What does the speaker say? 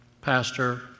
Pastor